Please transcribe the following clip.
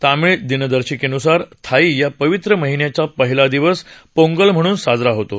तामिळ दिनदर्शिकेनुसार थाई या पवित्र महिन्याचा पहिला दिवस पोंगल म्हणून साजरा होतो